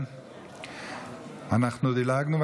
אנחנו דילגנו,